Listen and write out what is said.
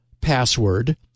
password